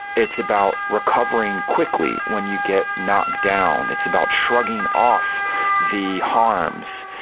it's about recovering quickly when you get knocked down. it's about shrugging off the harms.